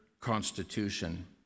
Constitution